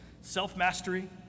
self-mastery